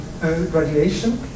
graduation